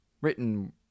written